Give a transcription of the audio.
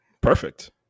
Perfect